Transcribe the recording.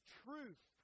truth